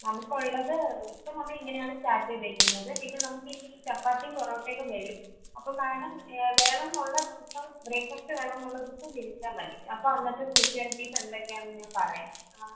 നമുക്കുള്ളത് ഇപ്പോൾ നമ്മൾ ഇങ്ങനെയാണ് സ്റ്റാർട്ട് ചെയ്തേക്കുന്നത് പിന്നെ നമുക്കിനി ചപ്പാത്തിയും പൊറോട്ടയും വരും അപ്പോൾ മേടം വേണം എന്ന് ഉള്ള ദിവസം ബ്രേക്ക് ഫാസ്റ്റ് വേണം എന്നുള്ള ദിവസം വിളിച്ചാൽ മതി അപ്പോൾ അന്നത്തെ സ്പെഷ്യലിറ്റീസ് എന്തൊക്കെയാണെന്ന് ഞാൻ പറയാം ആ